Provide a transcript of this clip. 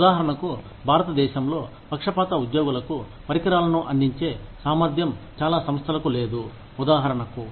ఉదాహరణకు భారతదేశంలో పక్షపాత ఉద్యోగులకు పరికరాలను అందించే సామర్థ్యం చాలా సంస్థలకు లేదు ఉదాహరణకు